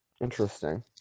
Interesting